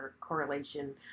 correlation